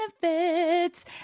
benefits